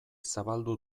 zabaldu